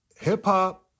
Hip-hop